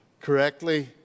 correctly